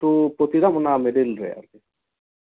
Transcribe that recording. two Patiram ᱚᱱᱟ middle ᱨᱮ